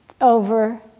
over